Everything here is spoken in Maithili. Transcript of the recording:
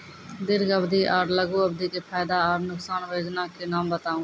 दीर्घ अवधि आर लघु अवधि के फायदा आर नुकसान? वयोजना के नाम बताऊ?